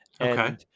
Okay